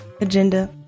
Agenda